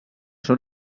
són